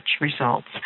results